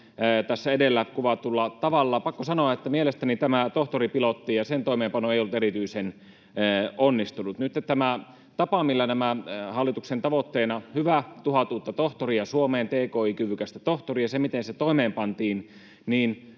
tässä edellä kuvatulla tavalla. Pakko sanoa, että mielestäni tämä tohtoripilotti ja sen toimeenpano ei ollut erityisen onnistunut. Nythän tämä tapa, miten tämä hallituksen hyvä tavoite, tuhat uutta tki-kyvykästä tohtoria Suomeen, toimeenpantiin,